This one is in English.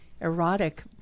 erotic